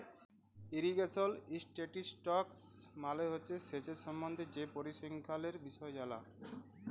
irrigation statistics মালে হছে সেঁচের সম্বল্ধে যে পরিসংখ্যালের বিষয় জালা